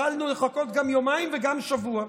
יכולנו לחכות גם יומיים וגם שבוע.